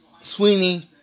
Sweeney